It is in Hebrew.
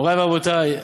מורי ורבותי,